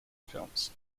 films